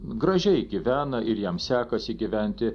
gražiai gyvena ir jam sekasi gyventi